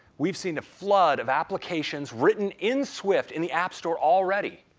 we've seen a flood of applications written in swift, in the app store already.